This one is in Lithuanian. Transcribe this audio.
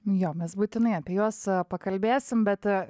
jo mes būtinai apie juos pakalbėsim bet